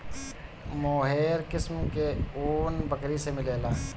मोहेर किस्म के ऊन बकरी से मिलेला